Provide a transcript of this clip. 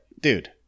dude